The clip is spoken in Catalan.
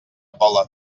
pola